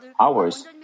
hours